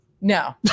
no